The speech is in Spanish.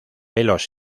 pelos